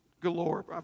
galore